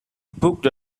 booked